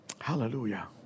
Hallelujah